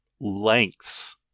lengths